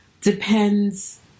depends